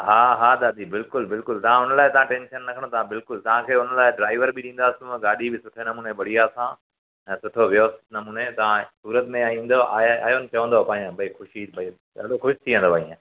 हा हा दादी बिल्कुलु बिल्कुलु तव्हां हुन लाइ तव्हां टेंशन न खणो तव्हां बिल्कुलु तव्हांखे हुन लाइ ड्राइवर बि ॾिंदासूं गाॾी बि सुठे नमूने बढ़िया सां ऐं सुठो व्यवस्थित नमूने तव्हां सूरत में ईंदव आया आहियो न चवंदव त आहियां भाई ख़ुशी ॾाढो ख़ुशि थी वेंदव इअं